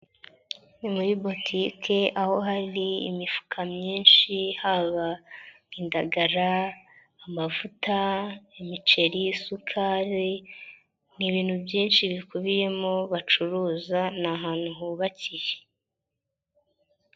Ni muri butike aho hari imifuka myinshi, haba indagara, amavuta, imiceri, isukari, ni ibintu byinshi bikubiyemo bacuruza ni ahantu hubakiye.